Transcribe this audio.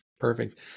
Perfect